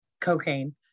cocaine